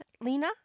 lena